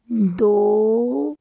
ਦੋ